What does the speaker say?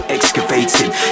Excavating